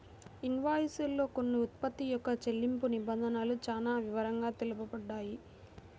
invoice లో కొన్న ఉత్పత్తి యొక్క చెల్లింపు నిబంధనలు చానా వివరంగా తెలుపబడతాయి